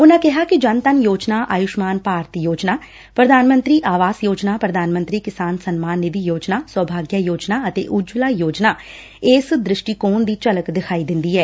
ਉਨੂਂ ਕਿਹਾ ਕਿ ਜਨਧਨ ਯੋਜਨਾ ਆਯੁਸ਼ਮਾਨ ਭਾਰਤ ਯੋਜਨਾ ਪ੍ਰਧਾਨ ਮੰਤਰੀ ਆਵਾਸ ਯੋਜਨਾ ਪ੍ਰਧਾਨ ਮੰਤਰੀ ਕਿਸਾਨ ਸਨਮਾਨ ਨਿਧੀ ਯੋਜਨਾ ਸੌਭਾਗਿਆ ਯੋਜਨਾ ਅਤੇ ਉਜਵੱਲਾ ਯੋਜਨਾ ਵਿਚ ਇਸ ਦ੍ਰਿਸ਼ਟੀਕੋਣ ਦੀ ਝਲਕ ਵਿਖਾਈ ਦਿੰਦੀ ਐ